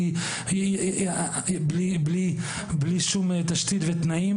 בלי שום תשתית ותנאים